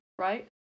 right